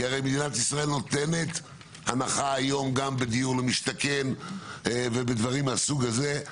כי הרי מדינת ישראל נותנת הנחה היום גם בדיור למשתכן ובדברים מהסוג הזה,